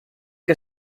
que